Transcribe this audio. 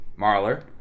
Marler